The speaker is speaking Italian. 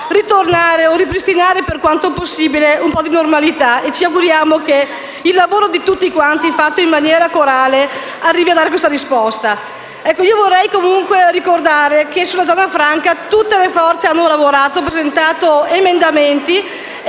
poter ripristinare, per quanto possibile, un po' di normalità (e ci auguriamo che il lavoro di tutti quanti, fatto in maniera corale, arrivi a dare questa risposta). Vorrei comunque ricordare che sulla zona franca tutte le forze hanno lavorato e presentato emendamenti,